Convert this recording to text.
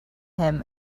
him